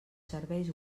serveis